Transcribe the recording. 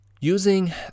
using